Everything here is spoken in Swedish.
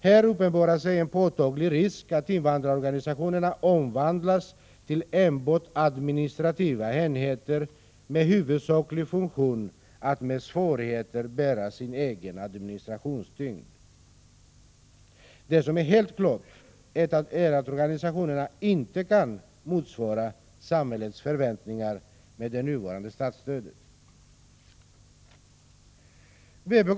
Här uppenbarar sig en påtaglig risk att invandrarorganisationerna omvandlas till enbart administrativa enheter med huvudsaklig funktion att — med svårigheter — bära sin egen administrationstyngd. Det är helt klart att organisationerna med det nuvarande statsstödet inte kan motsvara samhällets förväntningar.